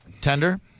Tender